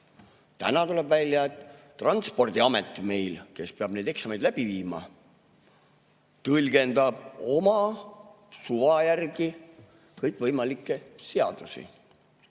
Täna tuleb välja, et meie Transpordiamet, kes peab neid eksameid läbi viima, tõlgendab oma suva järgi kõikvõimalikke seadusi.